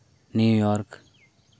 New York